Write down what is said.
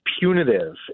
punitive